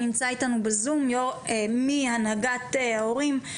הנהגת ההורים,